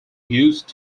used